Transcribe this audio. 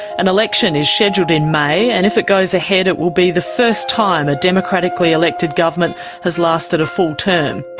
an election is scheduled in may, and if it goes ahead it will be the first time a democratically elected government has lasted a full term.